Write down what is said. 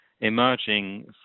emerging